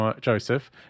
Joseph